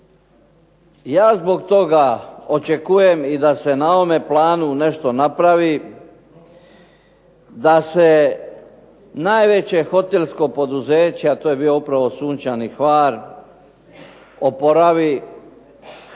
Ja zbog toga očekujem i da se na ovom planu nešto napravi, da se najveće hotelsko poduzeće, a to je bio upravo "Sunčani Hvar", oporavi.